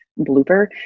blooper